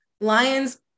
lions